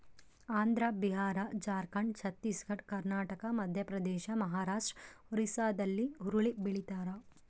Andhra Bihar Jharkhand Chhattisgarh Karnataka Madhya Pradesh Maharashtra ಒರಿಸ್ಸಾಲ್ಲಿ ಹುರುಳಿ ಬೆಳಿತಾರ